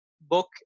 book